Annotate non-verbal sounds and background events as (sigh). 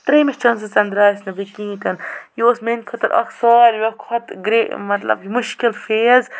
ترٛیٚمِس chances تہِ نہٕ درٛایَس نہٕ بہٕ کِہیٖنۍ تہِ نہٕ یہِ اوس میٛانہِ خٲطرٕ اَکھ ساروِیو کھۄتہٕ (unintelligible) مَطلَب مُشکِل فیز